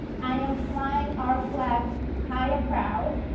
i am flying our flag high and proud.